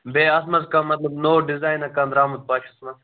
بیٚیہِ اَتھ منٛز کانہہ مطلب نو ڈزاینا کانہہ درٛامُت پَشس منٛز